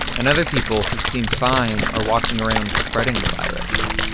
and other people who seem fine are walking around spreading the virus.